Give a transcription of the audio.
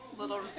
little